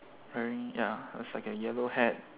wearing ya looks like a yellow hat